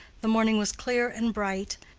the morning was clear and bright,